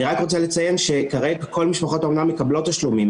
אני רק רוצה לציין שכרגע כל משפחות האומנה מקבלות תשלומים.